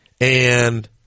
And-